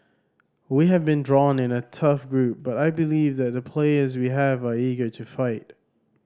we have been drawn in a tough group but I believe that the players we have are eager to fight